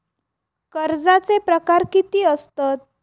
कर्जाचे प्रकार कीती असतत?